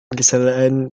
kesalahan